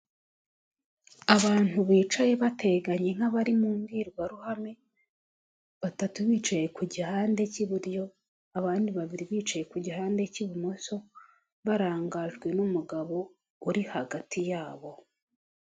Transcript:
Abantu bicaye bateganye nk'abari mu mbwirwaruhame, batatu bicaye ku gihande cy'iburyo, abandi babiri bicaye ku gihande cy'ibumoso, barangajwe n'umugabo uri hagati yabo.